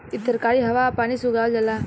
इ तरकारी हवा आ पानी से उगावल जाला